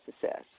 success